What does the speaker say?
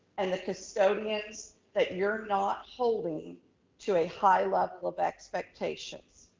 and the custodians that you're not holding to a high level of expectations,